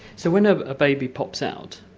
so when a ah baby pops out,